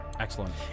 Excellent